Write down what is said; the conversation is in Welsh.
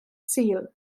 sul